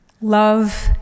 Love